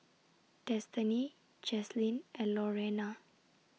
Destiney Jaslene and Lorena